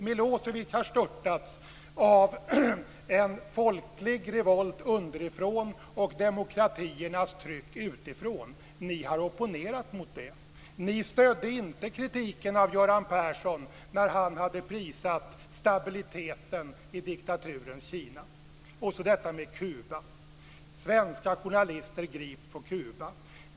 Milosevic har störtats av en folklig revolt underifrån och demokratiernas tryck utifrån. Ni har opponerat er mot det. Ni stödde inte kritiken av Göran Persson när hade prisat stabiliteten i diktaturen Kina. Och så detta med Kuba. Svenska journalister grips på Kuba.